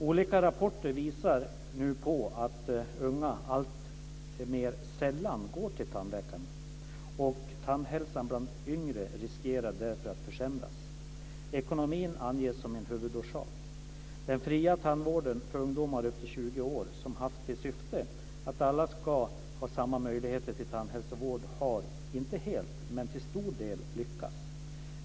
Olika rapporter visar nu på att unga alltmer sällan går till tandläkaren. Tandhälsan bland yngre riskerar därför att försämras. Ekonomin anges som en huvudorsak. Den fria tandvården för ungdomar upp till 20 år, som haft till syfte att alla ska ha samma möjligheter till tandhälsovård, har inte helt, men till stor del, lyckats.